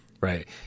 right